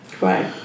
Right